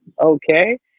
okay